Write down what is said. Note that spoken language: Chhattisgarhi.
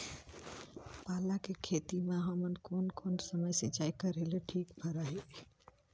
पाला के खेती मां हमन कोन कोन समय सिंचाई करेले ठीक भराही?